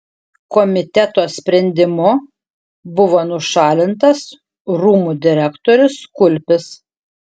komiteto sprendimu buvo nušalintas rūmų direktorius kulpis